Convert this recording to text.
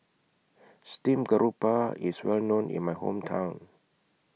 Steamed Grouper IS Well known in My Hometown